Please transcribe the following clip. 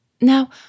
Now